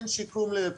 אין שיקום לב.